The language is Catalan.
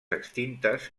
extintes